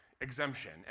exemption